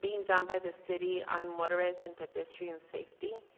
being done by the city on motorist and pedestrian safety.